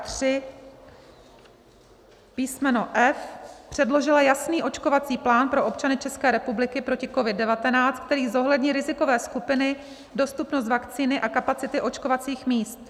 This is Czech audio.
III. písmeno f) předložila jasný očkovací plán pro občany České republiky proti COVID19, který zohlední rizikové skupiny, dostupnost vakcíny a kapacity očkovacích míst.